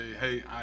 hey